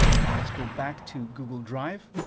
now let's go back to google drive.